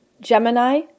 Gemini